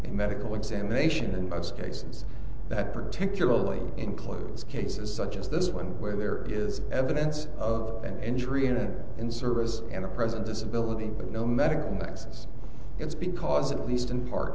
medical examination in most cases that particularly includes cases such as this one where there is evidence of an injury in an in service in the present disability but no medical nexus it's because at least in part